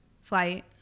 flight